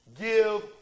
give